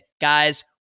Guys